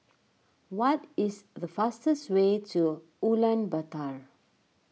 what is the fastest way to Ulaanbaatar